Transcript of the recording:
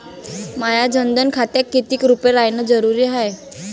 माह्या जनधन खात्यात कितीक रूपे रायने जरुरी हाय?